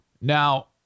Now